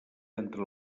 entre